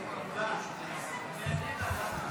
תודה רבה.